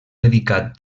dedicat